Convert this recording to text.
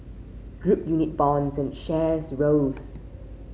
group unit bonds and shares rose